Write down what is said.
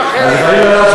אז אני לא,